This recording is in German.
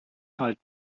halt